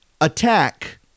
attack